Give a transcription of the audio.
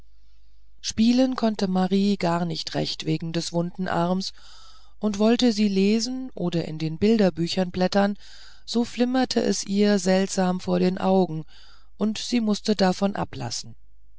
spielen konnte marie gar nicht recht wegen des wunden arms und wollte sie lesen oder in den bilderbüchern blättern so flimmerte es ihr seltsam vor den augen und sie mußte davon ablassen